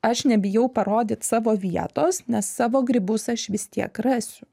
aš nebijau parodyt savo vietos nes savo grybus aš vis tiek rasiu